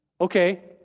Okay